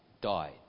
died